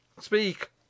Speak